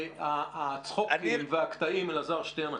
הצחוקים והקטעים אלעזר שטרן,